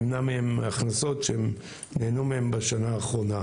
ימנע מהם הכנסות שהם נהנו מהן בשנה האחרונה.